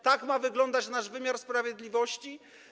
Tak ma wyglądać nasz wymiar sprawiedliwości?